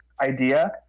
idea